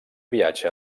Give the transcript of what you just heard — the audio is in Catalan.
viatge